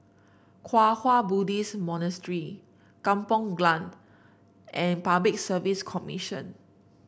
Kwang Hua Buddhist Monastery Kampong Glam and Public Service Commission